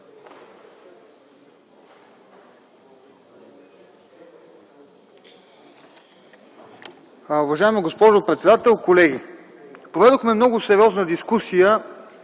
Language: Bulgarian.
Уважаема госпожо председател, колеги! Проведохме много сериозна дискусия